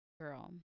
Girl